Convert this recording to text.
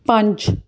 ਪੰਜ